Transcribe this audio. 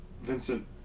Vincent